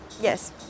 Yes